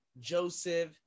joseph